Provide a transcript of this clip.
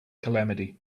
calamity